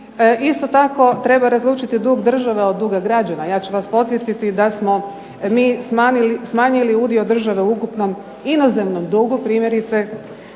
Isto tako, treba razlučiti dug države od duga građana. Ja ću vas podsjetiti da smo mi smanjili udio države u ukupnom inozemnom dugu, primjerice